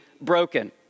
broken